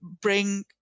bring